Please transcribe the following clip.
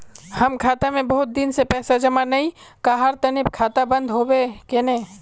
हम खाता में बहुत दिन से पैसा जमा नय कहार तने खाता बंद होबे केने?